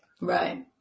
Right